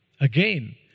again